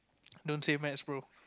don't say maths bro